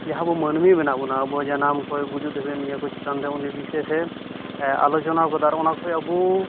ᱡᱟᱦᱟᱸ ᱟᱵᱚ ᱢᱟᱹᱱᱢᱤ ᱢᱮᱱᱟᱜ ᱵᱚᱱᱟ ᱟᱵᱚ ᱡᱟᱱᱟᱢ ᱠᱷᱚᱱ ᱜᱩᱡᱩᱜ ᱫᱷᱟᱹᱵᱤᱡ ᱱᱤᱭᱟᱹ ᱠᱚ ᱪᱮᱛᱟᱱ ᱨᱮ ᱩᱱᱤ ᱵᱤᱥᱮᱥᱮ ᱟᱞᱳᱪᱚᱱᱟᱣ ᱠᱟᱫᱟ ᱟᱨ ᱚᱱᱟᱠᱚ ᱟᱵᱚ